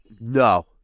No